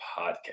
podcast